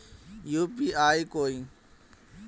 UPI कोई